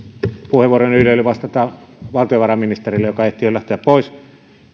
puheenvuoroni ydin oli vastata valtiovarainministerille joka ehti jo lähteä pois